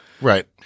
Right